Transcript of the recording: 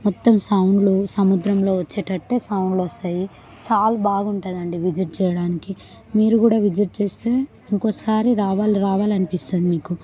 మొత్తం సౌండ్లు సముద్రంలో వచ్చేటట్టే సౌండ్లు వస్తాయి చాలా బాగుంటుంది అండి విజిట్ చేయడానికి మీరు కూడా విజిట్ చేస్తే ఇంకోసారి రావాలి రావాలి అనిపిస్తుంది మీకు